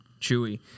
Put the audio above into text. chewy